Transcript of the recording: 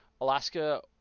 Alaska